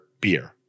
beer